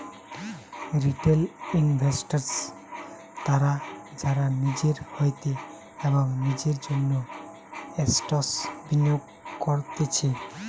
retail investors তারা যারা নিজের হইতে এবং নিজের জন্য এসেটস বিনিয়োগ করতিছে